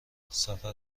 سفر